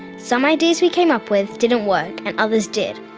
some ideas we came up with didn't work and others did.